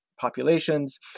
populations